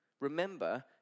Remember